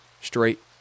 Straight